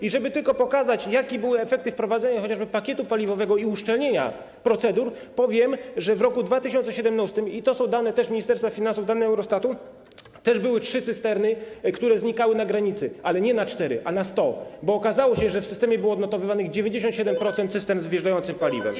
I żeby tylko pokazać, jakie były efekty wprowadzenia chociażby pakietu paliwowego i uszczelnienia procedur, powiem, że w roku 2017 - to są też dane Ministerstwa Finansów, dane Eurostatu - też były trzy cysterny, które znikały na granicy, ale nie na cztery, tylko na sto, bo okazało się, że w systemie było odnotowywanych 97% cystern z wjeżdżającym paliwem.